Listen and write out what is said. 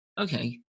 okay